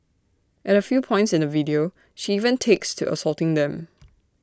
at A few points in the video she even takes to assaulting them